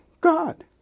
God